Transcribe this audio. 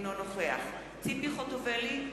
אינו נוכח ציפי חוטובלי,